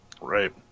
Right